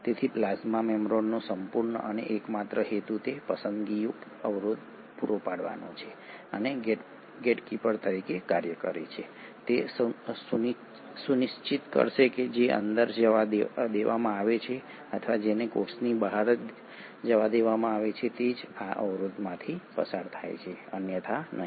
તેથી પ્લાઝ્મા મેમ્બ્રેનનો સંપૂર્ણ અને એકમાત્ર હેતુ તે પસંદગીયુક્ત અવરોધ પૂરો પાડવાનો છે અને ગેટકીપર તરીકે કાર્ય કરે છે તે સુનિશ્ચિત કરશે કે જે અંદર જવા દેવામાં આવે છે અથવા જેને કોષની બહાર જવા દેવામાં આવે છે તે જ આ અવરોધમાંથી પસાર થાય છે અન્યથા નહી